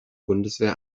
bundeswehr